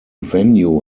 venue